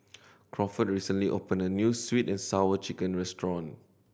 Crawford recently opened a new Sweet And Sour Chicken restaurant